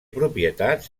propietats